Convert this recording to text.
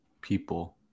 people